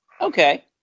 Okay